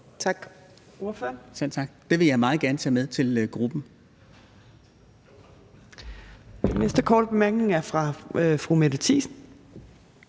(RV): Det vil jeg meget gerne tage med til gruppen.